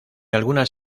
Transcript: algunas